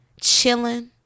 chilling